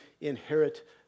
inherit